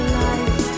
life